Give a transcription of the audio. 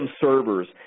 servers